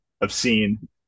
obscene